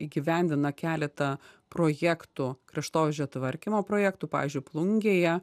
įgyvendina keletą projektų kraštovaizdžio tvarkymo projektų pavyzdžiui plungėje